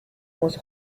muss